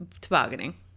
tobogganing